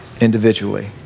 individually